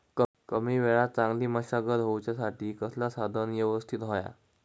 कमी वेळात चांगली मशागत होऊच्यासाठी कसला साधन यवस्तित होया?